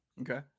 Okay